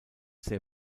sehr